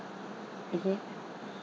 mmhmm